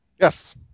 Yes